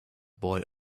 boy